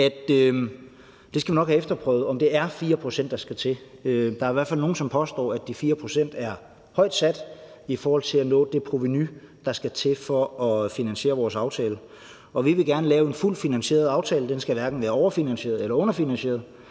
Vi skal nok have efterprøvet, om det er 4 pct., der skal til. Der er i hvert fald nogle, som påstår, at de 4 pct. er højt sat i forhold til at nå det provenu, der skal til for at finansiere vores aftale. Vi vil gerne lave en fuldt finansieret aftale. Den skal hverken være overfinansieret eller underfinansieret,